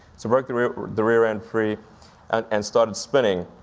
so broke the rear the rear end free and started spinning.